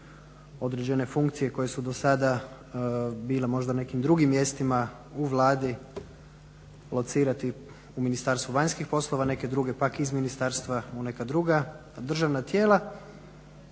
određene funkcije koje su do sada bile možda na nekim drugim mjestima u Vladi locirati u Ministarstvu vanjskih poslova, neke druge pak iz ministarstva u neka druga državna tijela.